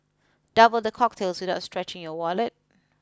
double the cocktails without stretching your wallet